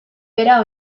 bera